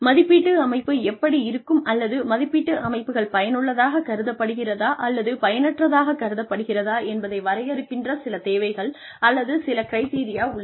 மதிப்பீட்டு அமைப்பு எப்படி இருக்கும் அல்லது மதிப்பீட்டு அமைப்புகள் பயனுள்ளதாக கருதப்படுகிறதா அல்லது பயனற்றதாக கருதப்படுகிறதா என்பதை வரையறுக்கின்ற சில தேவைகள் அல்லது சில கிரிட்டெரியா உள்ளன